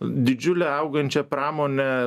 didžiulę augančią pramonę